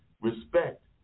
Respect